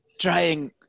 trying